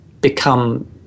Become